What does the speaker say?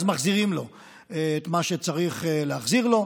אז מחזירים לה את מה שצריך להחזיר לה.